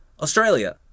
Australia